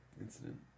incident